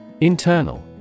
Internal